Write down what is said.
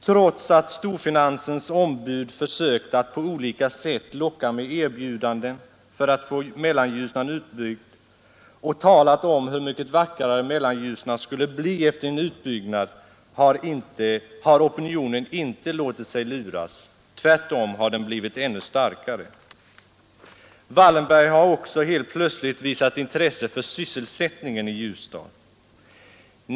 Trots att storfinansens ombud försökt att på olika sätt locka med erbjudanden för att få Mellanljusnan utbyggd och talat om hur mycket vackrare Mellanljusnan skulle bli efter en utbyggnad har opinionen inte låtit sig luras, tvärtom har den blivit ännu starkare. Wallenberg har helt plötsligt visat intresse för sysselsättningen i Ljusdal.